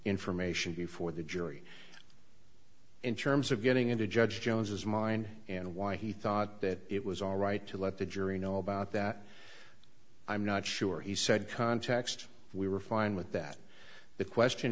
information before the jury in terms of getting him to judge jones as mine and why he thought that it was all right to let the jury know about that i'm not sure he said context we were fine with that the question